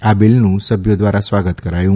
આ બિલનું સભ્યો દ્વારા સ્વાગત કરાયું